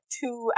two